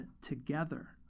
together